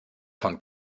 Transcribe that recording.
von